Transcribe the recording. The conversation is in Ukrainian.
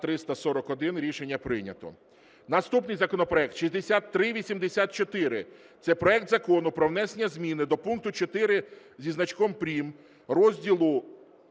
341 Рішення прийнято. Наступний законопроект – 6384. Це проект Закону про внесення зміни до пункту 4 зі значком прим. розділу